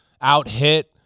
out-hit